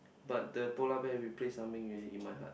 but the polar bear replace Ah-Meng already in my heart